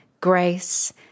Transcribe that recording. Grace